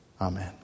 Amen